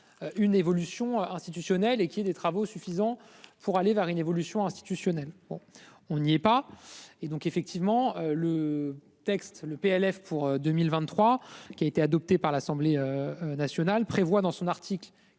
Une évolution institutionnelle et qu'il y ait des travaux suffisant pour aller vers une évolution institutionnelle bon on lui ait pas et donc effectivement le texte le PLF pour 2023 qui a été adopté par l'Assemblée. Nationale prévoit dans son article